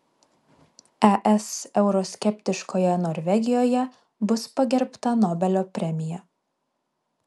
es euroskeptiškoje norvegijoje bus pagerbta nobelio premija